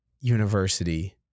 University